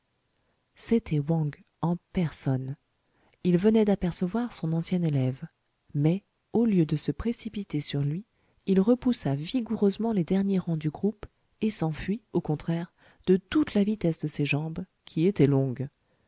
c'était wang en personne il venait d'apercevoir son ancien élève mais au lieu de se précipiter sur lui il repoussa vigoureusement les derniers rangs du groupe et s'enfuit au contraire de toute la vitesse de ses jambes qui étaient longues